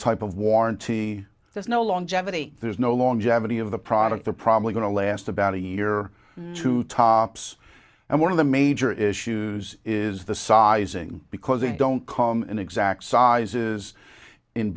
type of warranty there's no longevity there's no longevity of the product they're probably going to last about a year or two tops and one of the major issues is the sizing because they don't come in exact sizes in